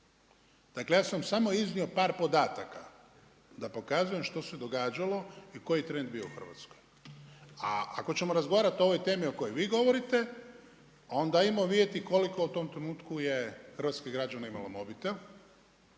Dakle, ja sam samo iznio par podataka da pokazujem što se događalo i koji je trend bio u Hrvatskoj. A ako ćemo razgovarati o ovoj temi o kojoj vi govorite, onda ajmo vidjeti koliko u tom trenutku je hrvatskih građana imalo mobitel,